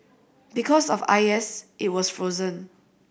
because of I S it was frozen